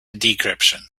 decryption